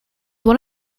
one